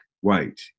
white